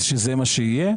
אז זה מה שיהיה.